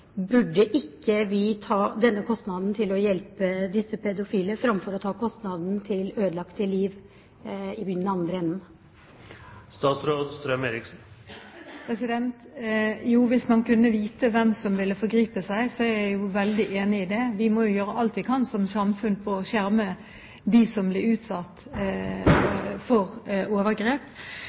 vi ikke ta denne kostnaden ved å hjelpe disse pedofile, framfor å ta kostnaden ved ødelagte liv i den andre enden? Hvis man kunne vite hvem som ville forgripe seg, er jeg jo veldig enig i det. Som samfunn må vi gjøre alt vi kan for å skjerme dem som blir utsatt for overgrep.